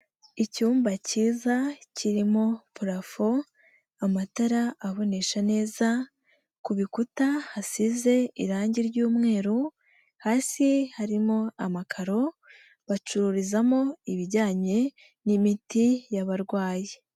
Icyumba cyiza kirimo purafo, amatara abonesha neza, ku bikuta hasize irange ry'umweru, hasi harimo amakaro, bacururizamo ibijyanye n'imiti y'abarwayi.